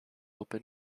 open